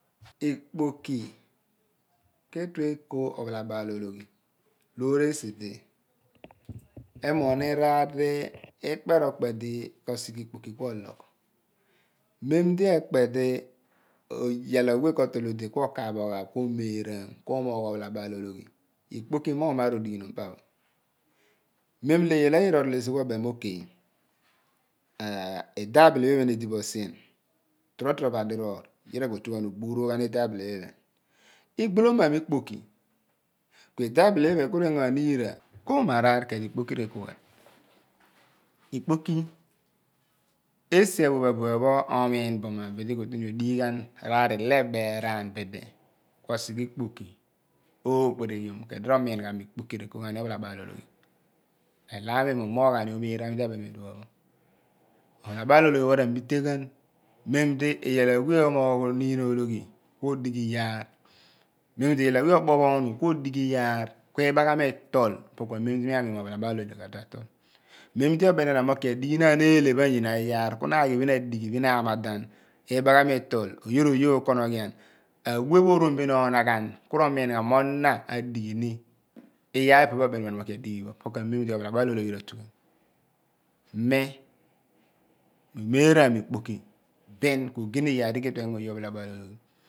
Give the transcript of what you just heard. Ikpoki ke tue eko ophalabal ologhi loor esi di emoghni raar ikpe ro kpe di ko sighe ikpoki ku ologh mem di ekpe di iyal awe ko tol ude ku okaaph oghaagh ku omer aam ku omogh ophalabal ologhi ikpoki imogh maar olighinum pa pho mem di ekpe di iyal awe ko tol ude ku okaaph aghaagh ku omeraam ku omogh ophalabal ologhi ikpeki imogh imaar odighinum pa pho mem lo iyal ayira orol ess ku obem mo oke idabili ghi iphen edi bo sien toro toro so adivoor yira ko ghan oghoughan idabili ghi phen ighovigan ikpokri ku idabili ghi phen ku ikeggo iyira ko-omo erear ku edi ikpokri reko ghen ikpokri esi awe abue pho omiin bo mo esidi ko tue odighi ghen raar ile beraann bidi ku osighe ikpoki okpereghiom ku edi romin ghan mi ikpoki reko ghaani opha labal oleghi elami mi umoghn amoghani omeraam dio bem iduo pho ophalabal ologhi pho ramita ghan mem di iyal awe omogh oniin ologhi ku odighi yaar mem di iyal obophonu ku odighi iyacu ku ibaghami itol po ku amem di mi amiin mo ophalabal ologhi ka tue atol mem di obeni ina mo kila a dighinaan eele pha anyina iyaar ku na aghi bin e dighi bin ema- dan ibaghani itol oye ro oye ukonoghien awe pho orom mi ina oneghan ku romiin ghen mo na a dighini iyar epe pho obeni bo gina mo kia a dighi pho opo ku emem di ophalabal ologhi ratughan? Mi umera mi ikpoki bin ku ogina iyar di ke tue engo oye ophalabal ologhi